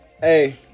Hey